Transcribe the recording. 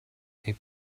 they